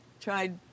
tried